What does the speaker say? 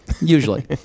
Usually